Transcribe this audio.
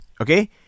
okay